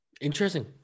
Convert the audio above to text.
Interesting